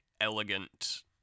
elegant